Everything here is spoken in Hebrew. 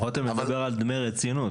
רותם מדבר על דמי רצינות,